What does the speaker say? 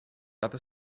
other